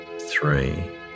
three